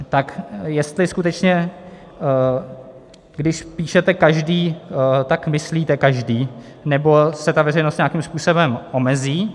Tak jestli skutečně když píšete každý, tak myslíte každý, nebo se ta veřejnost nějakým způsobem omezí.